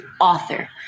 author